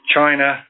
China